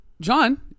John